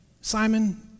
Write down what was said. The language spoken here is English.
Simon